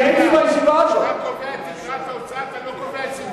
מי שאומר לך את זה לא מבין שום